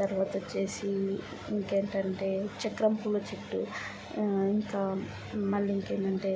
తర్వాతొచ్చేసి ఇంకేంటంటే చక్రం పూల చెట్టు ఆ ఇంకా మళ్ళీ ఇంకేంటంటే